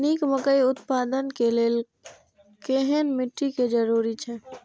निक मकई उत्पादन के लेल केहेन मिट्टी के जरूरी छे?